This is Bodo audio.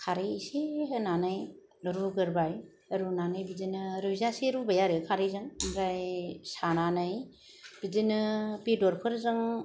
खारै एसे होनानै रुग्रोबाय रुनानै बिदिनो रुइजासे रुबाय आरो खारैजों ओमफ्राय सानानै बिदिनो बेदरफोरजों